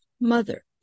mother